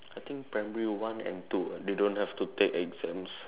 I think primary one and two they don't have to take exams